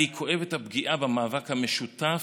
אני כואב את הפגיעה במאבק המשותף,